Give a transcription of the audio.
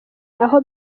aho